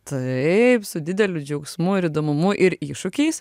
taip su dideliu džiaugsmu ir įdomumu ir iššūkiais